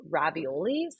raviolis